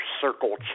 circle